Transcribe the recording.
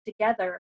together